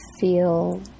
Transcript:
feel